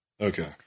Okay